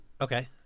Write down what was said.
Okay